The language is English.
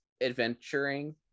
adventuring